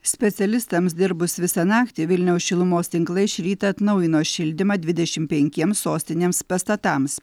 specialistams dirbus visą naktį vilniaus šilumos tinklai šį rytą atnaujino šildymą dvidešim penkiems sostinėms pastatams